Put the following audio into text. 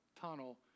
tunnel